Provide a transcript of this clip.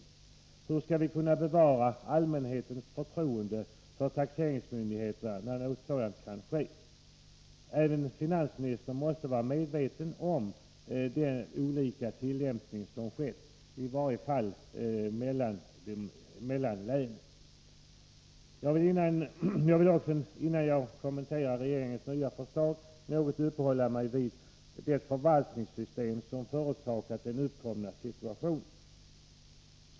Hur skall vi kunna bevara allmänhetens förtroende för taxeringsmyndigheterna när något sådant kan ske? Även finansministern måste vara medveten om länens skiljaktiga tillämpning av reglerna. Jag vill också innan jag kommenterar regeringens nya förslag något uppehålla mig vid det förvaltningssystem som orsakat den uppkomna situationen.